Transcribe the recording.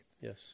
Yes